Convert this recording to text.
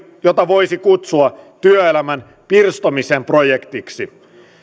jota voisi kutsua työelämän pirstomisen projektiksi